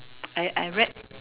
I I read